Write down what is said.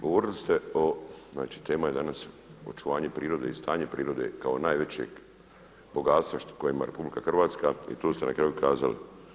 Govorili ste o, znači tema je danas očuvanje prirode i stanje prirode kao najvećeg bogatstva kojima RH i tu ste na kraju kazali.